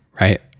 right